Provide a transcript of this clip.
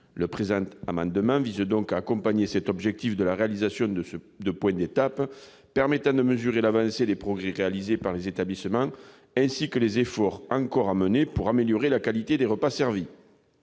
Cet amendement vise donc à accompagner cet objectif en fixant des points d'étape, afin de mesurer l'avancée des progrès réalisés par les établissements, ainsi que les efforts encore à mener pour améliorer la qualité des repas servis.